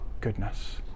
goodness